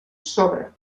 sobra